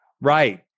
Right